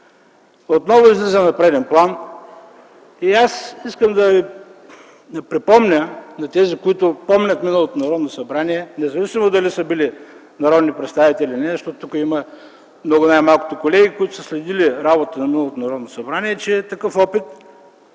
отново излиза на преден план и аз искам да припомня на тези, които помнят миналото Народно събрание, независимо дали са били народни представители или не, защото тук има колеги, които най-малкото са следили работата на миналото Народно събрание, че такъв опит